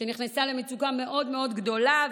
שנכנסה למצוקה מאוד מאוד גדולה,